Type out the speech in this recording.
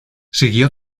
siguió